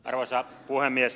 arvoisa puhemies